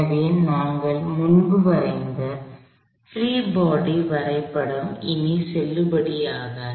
எனவே நாங்கள் முன்பு வரைந்த பிரீ பாடி வரைபடம் இனி செல்லுபடியாகாது